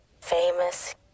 famous